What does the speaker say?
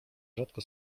rzadko